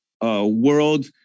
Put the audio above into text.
world